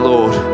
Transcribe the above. Lord